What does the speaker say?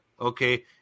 okay